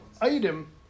item